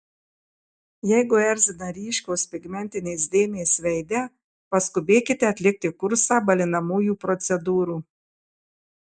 jeigu erzina ryškios pigmentinės dėmės veide paskubėkite atlikti kursą balinamųjų procedūrų